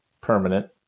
permanent